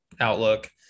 outlook